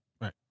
Right